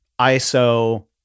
ISO